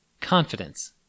Confidence